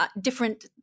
different